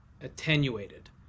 attenuated